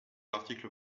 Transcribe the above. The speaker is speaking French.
l’article